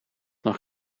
nog